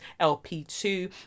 LP2